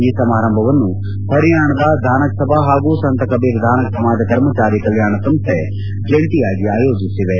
ಈ ಸಮಾರಂಭವನ್ನು ಹರಿಯಾಣದ ಧಾನಕ್ ಸಭಾ ಹಾಗೂ ಸಂತ ಕಬೀರ್ ಧಾನಕ್ ಸಮಾಜ ಕರ್ಮಚಾರಿ ಕಲ್ಯಾಣ ಸಂಸ್ನೆ ಜಂಟಿಯಾಗಿ ಆಯೋಜಿಸಿವೆ